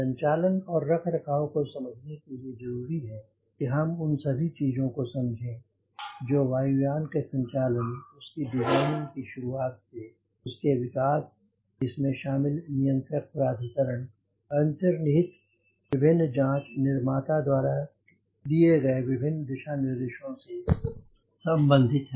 संचालन और रखरखाव को समझने के लिए जरूरी है कि हम उन चीजों को समझें जो वायु यान के संचालन उसकी डिज़ाइनिंग की शुरुआत से उसके विकास इसमें शामिल नियंत्रक प्राधिकरण अंतर्निहित विभिन्न जांच निर्माता द्वारा दिए गए विभिन्न दिशा निर्देशों से संबंधित है